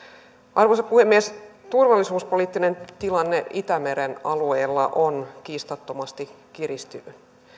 arvoisa puhemies turvallisuuspoliittinen tilanne itämeren alueella on kiistattomasti kiristynyt